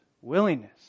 willingness